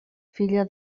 filla